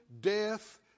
death